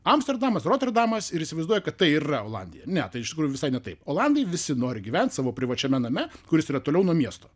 amsterdamas roterdamas ir įsivaizduoja kad tai ir yra olandija ne tai iš tikrųjų visai ne taip olandai visi nori gyvent savo privačiame name kuris yra toliau nuo miesto